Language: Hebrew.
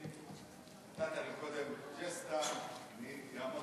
נתת לי קודם ג'סטה, אני אעמוד